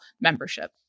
membership